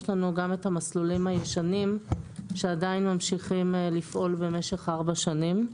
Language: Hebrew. יש לנו גם את המסלולים הישנים שעדיין ממשיכים לפעול במשך 4 שנים.